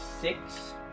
six